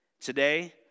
today